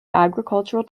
agricultural